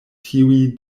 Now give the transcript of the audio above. tiuj